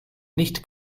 nicht